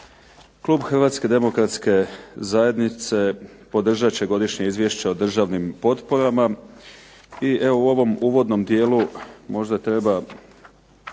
Klub Hrvatske demokratske zajednice podržat će Godišnje izvješće o državnim potporama. I evo u ovom uvodnom dijelu možda treba